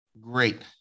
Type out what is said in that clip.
Great